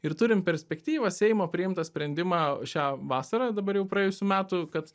ir turim perspektyvą seimo priimtą sprendimą šią vasarą dabar jau praėjusių metų kad